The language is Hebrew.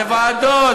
זה ועדות,